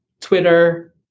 Twitter